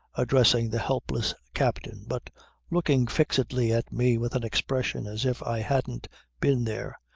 addressing the helpless captain but looking fixedly at me with an expression as if i hadn't been there.